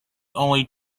only